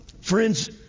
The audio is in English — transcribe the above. Friends